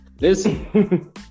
listen